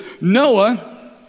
Noah